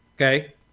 okay